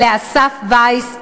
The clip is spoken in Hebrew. אסף וייס,